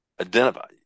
identify